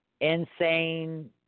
insane